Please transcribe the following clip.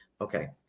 Okay